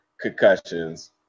concussions